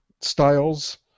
Styles